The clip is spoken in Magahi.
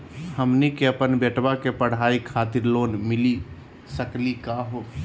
हमनी के अपन बेटवा के पढाई खातीर लोन मिली सकली का हो?